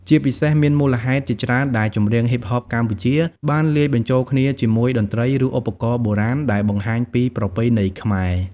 ជាពិសេសមានមូលហេតុជាច្រើនដែលចម្រៀងហ៊ីបហបកម្ពុជា បានលាយបញ្ចូលគ្នាជាមួយតន្ត្រីឬឧបករណ៍បុរាណដែលបង្ហាញពីប្រពៃណីខ្មែរ។